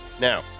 Now